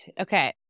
Okay